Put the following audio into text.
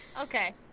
Okay